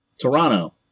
Toronto